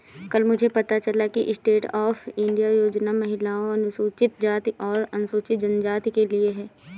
कल मुझे पता चला कि स्टैंडअप इंडिया योजना महिलाओं, अनुसूचित जाति और अनुसूचित जनजाति के लिए है